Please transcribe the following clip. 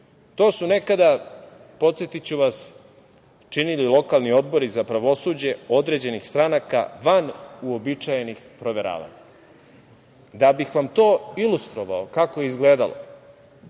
su nekada, podsetiću vas, činili lokalni odbori za pravosuđe određenih stranaka van uobičajenih proveravanja. Da bih vam to ilustrovao kako je izgledalo,